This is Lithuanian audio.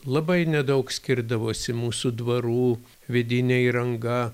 labai nedaug skirdavosi mūsų dvarų vidinė įranga